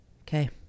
Okay